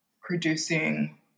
producing